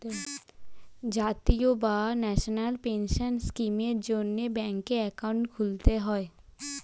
জাতীয় বা national pension স্কিমের জন্যে ব্যাঙ্কে অ্যাকাউন্ট খুলতে হয়